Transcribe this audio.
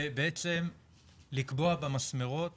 ולקבוע במסמרות